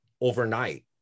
overnight